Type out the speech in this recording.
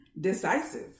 decisive